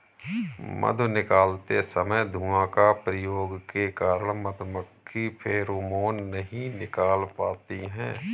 मधु निकालते समय धुआं का प्रयोग के कारण मधुमक्खी फेरोमोन नहीं निकाल पाती हैं